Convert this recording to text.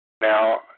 Now